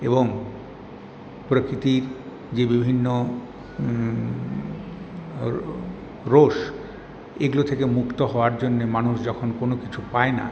এবং প্রকৃতির যে বিভিন্ন রোষ এগুলো থেকে মুক্ত হওয়ার জন্যে মানুষ যখন কোনো কিছু পায় না